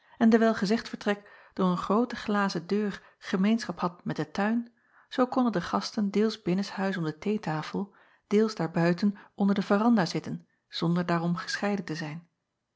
en dewijl gezegd vertrek door een groote glazen deur gemeenschap had met den tuin zoo konnen de gasten deels binnenshuis om de theetafel deels daarbuiten onder de veranda zitten zonder daarom gescheiden te zijn